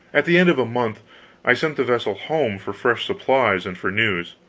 at the end of a month i sent the vessel home for fresh supplies, and for news.